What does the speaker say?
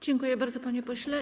Dziękuję bardzo, panie pośle.